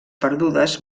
perdudes